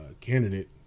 candidate